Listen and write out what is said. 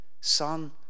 Son